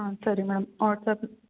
ಹಾಂ ಸರಿ ma'am WhatsApp